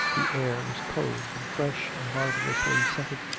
the air was cold and fresh and marvellously scented,